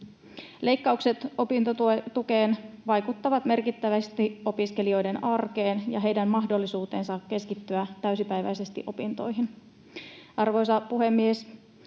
Leikkaukset opintotukeen vaikuttavat merkittävästi opiskelijoiden arkeen ja heidän mahdollisuuteensa keskittyä täysipäiväisesti opintoihin. Arvoisa puhemies!